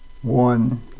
One